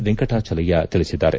ವೆಂಕಟಾಚಲಯ್ಯ ತಿಳಿಸಿದ್ದಾರೆ